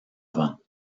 vent